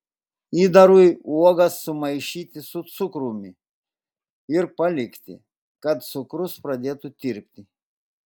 įdarui uogas sumaišyti su cukrumi ir palikti kad cukrus pradėtų tirpti